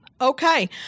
Okay